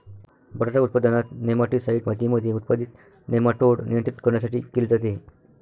बटाटा उत्पादनात, नेमाटीसाईड मातीमध्ये उत्पादित नेमाटोड नियंत्रित करण्यासाठी केले जाते